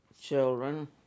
children